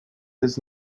his